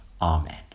Amen